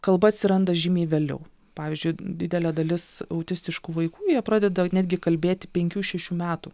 kalba atsiranda žymiai vėliau pavyzdžiui didelė dalis autistiškų vaikų jie pradeda netgi kalbėti penkių šešių metų